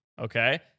okay